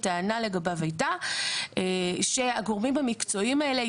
הטענה לגביו הייתה שהגורמים המקצועיים האלה,